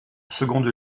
seconde